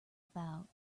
about